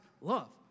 love